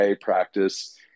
practice